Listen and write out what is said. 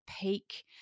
peak